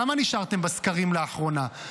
כמה נשארתם בסקרים לאחרונה?